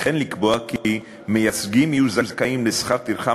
וכן לקבוע כי מייצגים יהיו זכאים לשכר טרחה